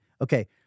okay